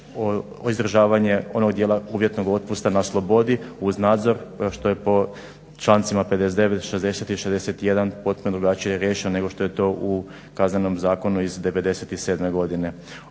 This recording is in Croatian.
o izdržavanju onog dijela uvjetnog otpusta na slobodi uz nadzor što je po člancima 59., 60. i 61. potpuno drugačije riješeno nego što je to u Kaznenom zakonu iz '97. godine